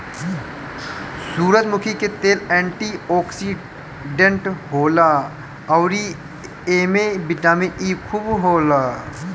सूरजमुखी के तेल एंटी ओक्सिडेंट होला अउरी एमे बिटामिन इ खूब रहेला